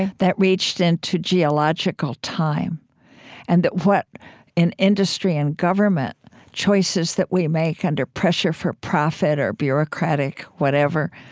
yeah that reached into geological time and that what in industry and government choices that we make under pressure for profit or bureaucratic whatever,